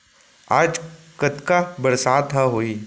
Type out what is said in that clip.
आज कतका बरसात ह होही?